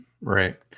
Right